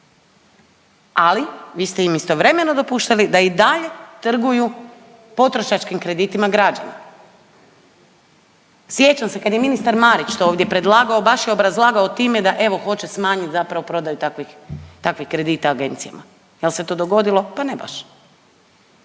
Ali vi ste im istovremeno dopuštali da i dalje trguju potrošačkim kreditima građana. Sjećam se kad je ministar Marić to ovdje predlagao, baš je obrazlagao time, da evo hoće smanjiti zapravo prodaju takvih kredita agencijama. Da li se to dogodilo? Pa ne baš.